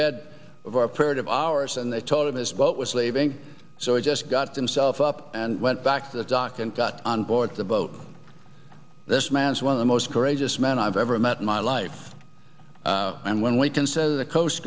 bed for a period of hours and they told him his boat was leaving so he just got himself up and went back to the dock and got on board the boat this man is one of the most courageous men i've ever met in my life and when we consider the coast